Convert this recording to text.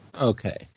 Okay